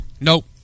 Nope